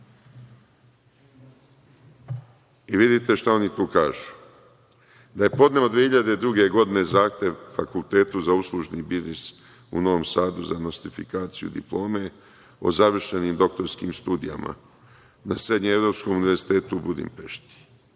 kopiju. Vidite šta oni tu kažu, da je podneo 2002. godine zahtev Fakultetu za uslužni biznis u Novom Sadu za nostrifikaciju diplome o završenim doktorskim studijama na srednje-evropskom univerzitetu u Budimpešti.